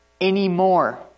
anymore